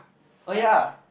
oh yeah